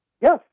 Yes